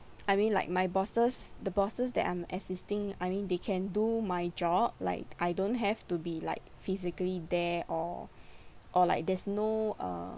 I mean like my bosses the bosses that I'm assisting I mean they can do my job like I don't have to be like physically there or or like there's no uh